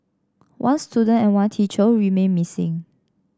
one student and one teacher remain missing